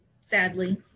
sadly